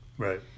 Right